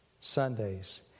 Sundays